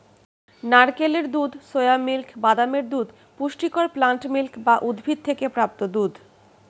নারকেলের দুধ, soya milk, বাদামের দুধ পুষ্টিকর প্লান্ট মিল্ক বা উদ্ভিদ থেকে প্রাপ্ত দুধ